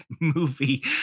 movie